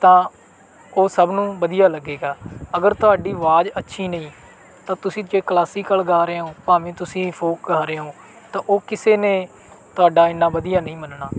ਤਾਂ ਉਹ ਸਭ ਨੂੰ ਵਧੀਆ ਲੱਗੇਗਾ ਅਗਰ ਤੁਹਾਡੀ ਆਵਾਜ਼ ਅੱਛੀ ਨਹੀਂ ਤਾਂ ਤੁਸੀ ਜੇ ਕਲਾਸੀਕਲ ਗਾ ਰਹੇ ਓਂ ਭਾਵੇਂ ਤੁਸੀਂ ਫੋਕ ਗਾ ਰਹੇ ਓਂ ਤਾਂ ਉਹ ਕਿਸੇ ਨੇ ਤੁਹਾਡਾ ਇੰਨਾ ਵਧੀਆ ਨਹੀਂ ਮੰਨਣਾ